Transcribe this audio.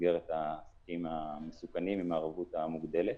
במסגרת העסקים המסוכנים עם הערבות המוגדלת,